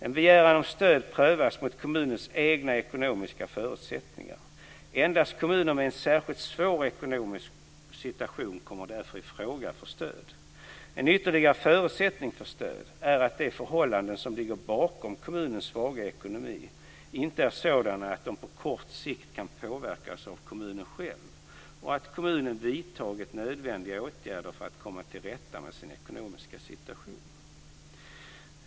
En begäran om stöd prövas mot kommunens egna ekonomiska förutsättningar. Endast kommuner med en särskilt svår ekonomisk situation kommer därför i fråga för stöd. En ytterligare förutsättning för stöd är att de förhållanden som ligger bakom kommunens svaga ekonomi inte är sådana att de på kort sikt kan påverkas av kommunen själv och att kommunen vidtagit nödvändiga åtgärder för att komma till rätta med sin ekonomiska situation.